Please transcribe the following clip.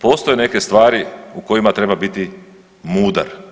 Postoje neke stvari u kojima treba biti mudar.